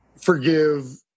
forgive